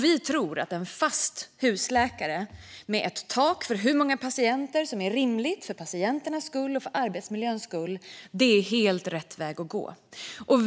Vi tror att en fast husläkare, med ett tak för hur många patienter det är rimligt att ha för patienternas skull och för arbetsmiljöns skull, är helt rätt väg att gå.